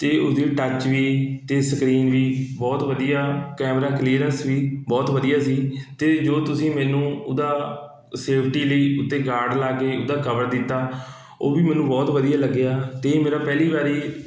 ਅਤੇ ਉਹਦੀ ਟੱਚ ਵੀ ਅਤੇ ਸਕਰੀਨ ਵੀ ਬਹੁਤ ਵਧੀਆ ਕੈਮਰਾ ਕਲੀਅਰੈਂਸ ਵੀ ਬਹੁਤ ਵਧੀਆ ਸੀ ਅਤੇ ਜੋ ਤੁਸੀਂ ਮੈਨੂੰ ਉਹਦਾ ਸੇਫਟੀ ਲਈ ਉੱਤੇ ਗਾਰਡ ਲਗਾ ਕੇ ਉਹਦਾ ਕਵਰ ਦਿੱਤਾ ਉਹ ਵੀ ਮੈਨੂੰ ਬਹੁਤ ਵਧੀਆ ਲੱਗਿਆ ਅਤੇ ਮੇਰਾ ਪਹਿਲੀ ਵਾਰੀ